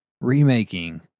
remaking